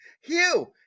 hugh